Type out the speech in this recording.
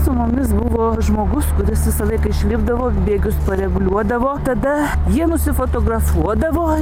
su mumis buvo žmogus kuris visą laiką išlipdavo bėgius pareguliuodavo tada jie nusifotografuodavo